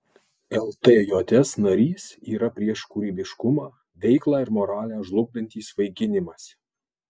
ltjs narys yra prieš kūrybiškumą veiklą ir moralę žlugdantį svaiginimąsi